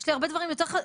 יש לי הרבה דברים יותר,